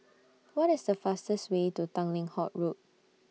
What IS The fastest Way to Tanglin Halt Road